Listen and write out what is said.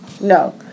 No